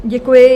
Děkuji.